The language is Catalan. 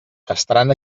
estaran